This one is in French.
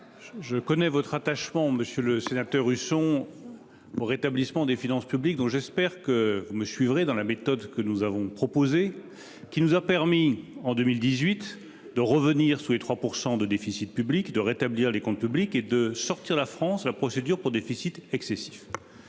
Je connais votre attachement monsieur le sénateur Husson pour rétablissement des finances publiques dont j'espère que vous me suivrez dans la méthode que nous avons proposé, qui nous a permis en 2018 de revenir sous les 3% de déficit public de rétablir les comptes publics et de sortir la France la procédure pour déficit excessif.